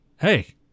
hey